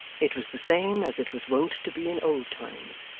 it was the same as it was wont to be in old times,